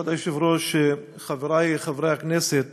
כבוד היושב-ראש, חברי חברי הכנסת,